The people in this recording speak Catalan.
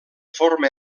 forma